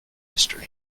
history